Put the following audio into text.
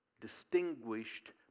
distinguished